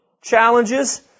challenges